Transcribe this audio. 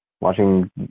watching